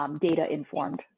data-informed